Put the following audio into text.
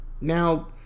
Now